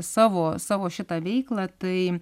savo savo šitą veiklą tai